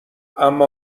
اما